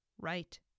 right